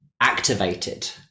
activated